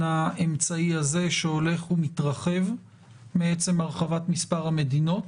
האמצעי הזה שהולך ומתרחב מעצם הרחבת מספר המדינות,